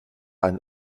einen